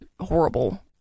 horrible